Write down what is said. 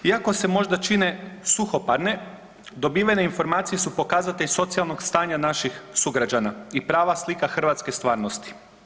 Iako se možda čine suhoparne dobivene informacije su pokazatelj socijalnog stanja naših sugrađana i prava slika hrvatske stvarnosti.